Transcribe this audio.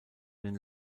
den